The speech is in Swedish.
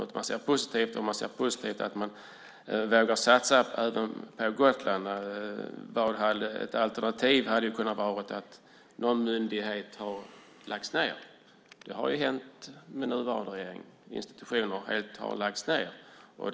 De ser positivt på detta och att man vågar satsa även på Gotland. Ett alternativ hade ju kunnat vara att någon myndighet hade lagts ned. Det har hänt med nuvarande regering att man har lagt ned institutioner helt.